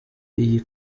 iyi